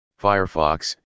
Firefox